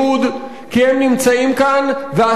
ואסור לייבא לישראל יותר עובדים זרים.